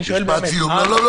אני שואל באמת -- לא,